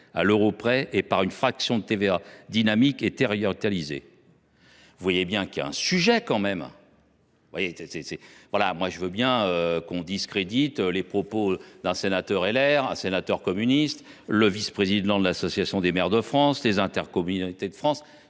à l’euro près et par une fraction de TVA dynamique et territorialisée. Vous voyez bien qu’il y a un sujet ! Je veux bien que l’on discrédite les propos d’un sénateur LR, d’un sénateur communiste, du vice président de l’Association des maires de France ou des représentants des Intercommunalités de France,